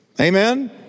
amen